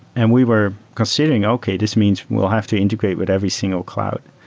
and we were considering, okay. this means we'll have to integrate with every single cloud.